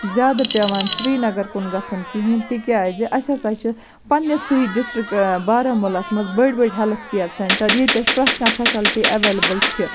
زیادٕ پیٚوان سرینَگَر کُن گَژھُن کِہیٖنۍ تکیازِ اسہِ ہَسا چھ پَننِسٕے ڈِسٹرک بارہمُلہ ہَس مَنٛز بٔڑۍ بٔڑۍ ہیٚلٕتھ کیر سیٚنٹَر ییٚتیٚتھ پرٮ۪تھ کانٛہہ فیسَلٹی ایٚولیبٕل چھِ